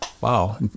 Wow